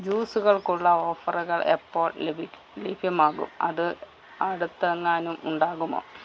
ജ്യൂസുകൾക്കുള്ള ഓഫറുകൾ എപ്പോൾ ലഭ്യമാകും അത് അടുത്തെങ്ങാനും ഉണ്ടാകുമോ